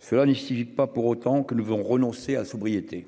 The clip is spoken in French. Cela ne justifie pas pour autant que nous avons renoncer à sobriété.